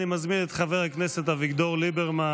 אני מזמין את חבר הכנסת אביגדור ליברמן